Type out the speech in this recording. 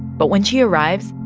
but when she arrives,